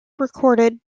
recorded